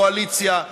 קואליציה,